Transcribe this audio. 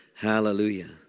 Hallelujah